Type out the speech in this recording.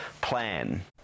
Plan